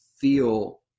feel